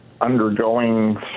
undergoing